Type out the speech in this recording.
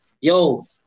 Yo